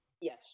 Yes